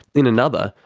in another,